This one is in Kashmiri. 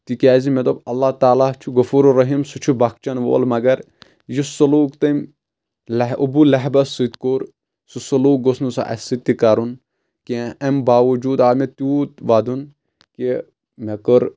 تِکیاز مےٚ دوٚپ اللہ تعالیٰ چھُ غفورُر رٔحیٖم سُہ چھُ بخشَن وول مگر یُس سلوٗک تٔمۍ لہ ابو لہبس سۭتۍ کوٚر سُہ سلوٗک گوٚژھ نہٕ سُہ اسہِ سۭتۍ تہِ کرُن کینٛہہ امہِ باوجود آو مےٚ تیوٗت ودُن کہِ مےٚ کٔر